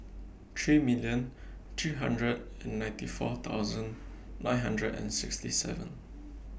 three million three hundred and ninety four thousand nine hundred and sixty seven